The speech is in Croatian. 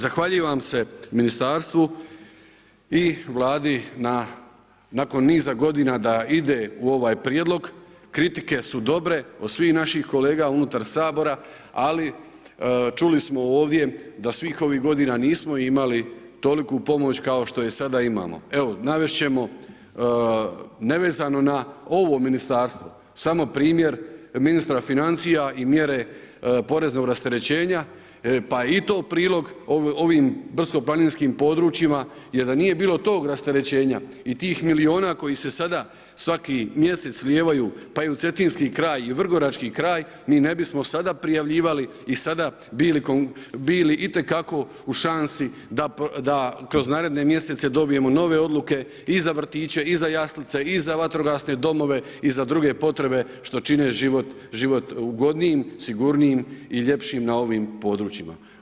Zahvaljujem se ministarstvu i Vladi na, nakon niza godina da ide u ovaj prijedlog, kritike su dobre, od svih naših kolega unutar Sabora, ali čuli smo ovdje da svih ovih godina nismo imali toliku pomoć kao što ju sada imamo. evo navest ćemo, nevezano na ovo ministarstvo, samo primjer ministra financija i mjere poreznog rasterećenja pa i to prilog ovim brdsko planinskim područjima je da nije bilo tog rasterećenja i tih milijuna koji se sada svaki mjesec slijevaju pa i u cetinski kraj i u vrgorački kraj, mi ne bismo sada prijavljivali i sada bili itekako u šansi da kroz naredne mjesece dobijemo nove odluke i za vrtiće i za jaslice i za vatrogasne domove i za druge potrebe što čine život ugodnijim, sigurnijim i ljepšim na ovim područjima.